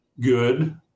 good